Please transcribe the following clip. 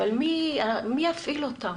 אבל מי יפעיל אותם"